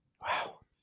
Wow